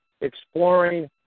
exploring